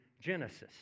Genesis